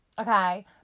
Okay